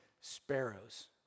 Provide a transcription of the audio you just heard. sparrows